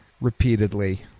repeatedly